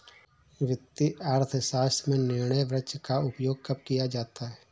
वित्तीय अर्थशास्त्र में निर्णय वृक्ष का उपयोग कब किया जाता है?